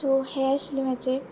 so हे आशिल्ले